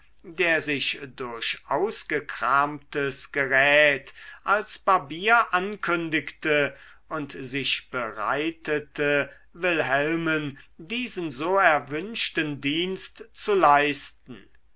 der sich durch ausgekramtes gerät als barbier ankündigte und sich bereitete wilhelmen diesen so erwünschten dienst zu leisten